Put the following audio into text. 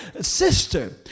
sister